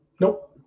Nope